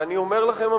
ואני אומר לכם,